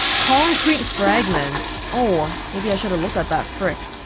concrete fragments oh, maybe i should've looked at that, frick